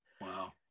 wow